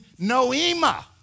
noema